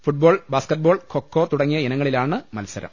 ഫുട് ball basketball kho kho തുടങ്ങിയ ഇനങ്ങളിലാണ് മത്സരം